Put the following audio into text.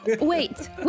wait